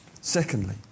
Secondly